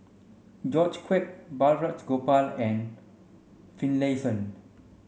George Quek Balraj Gopal and Finlayson